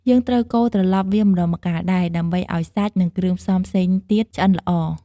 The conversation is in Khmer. យើងត្រូវកូរត្រឡប់វាម្ដងម្កាលដែរ ដើម្បីឱ្យសាច់ និងគ្រឿងផ្សំផ្សេងទៀតឆ្អិនល្អ។